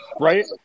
Right